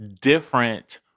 different